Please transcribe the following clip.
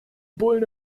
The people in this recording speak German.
bullen